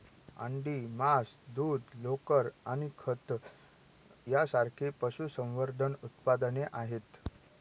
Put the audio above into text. अंडी, मांस, दूध, लोकर आणि खत यांसारखी पशुसंवर्धन उत्पादने आहेत